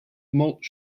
malt